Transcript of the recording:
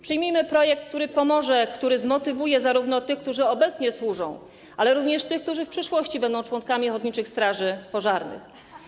Przyjmijmy projekt, który pomoże, zmotywuje zarówno tych, którzy obecnie służą, jak i tych, którzy w przyszłości będą członkami ochotniczych straży pożarnych.